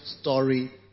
story